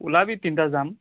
ওলাবি তিনিওটা যাম